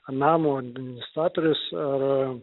namo administratorius ar